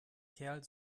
kerl